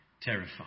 terrified